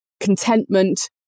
contentment